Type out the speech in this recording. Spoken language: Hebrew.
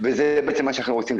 וזה מה שאנחנו רוצים,